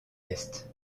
est